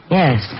yes